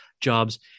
jobs